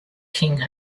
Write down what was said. king